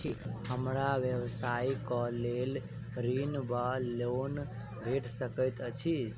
हमरा व्यवसाय कऽ लेल ऋण वा लोन भेट सकैत अछि?